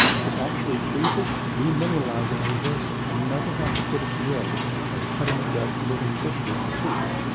we can actually freeze it, re-mineralise it and reverse it and never have to put a drill or cut into that living tissue of the tooth.